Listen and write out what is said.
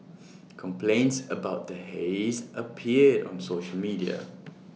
complaints about the haze appeared on social media